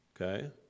Okay